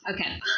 Okay